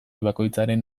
bakoitzaren